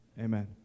Amen